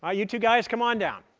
ah you two guys come on down.